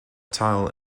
tile